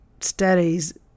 studies